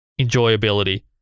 enjoyability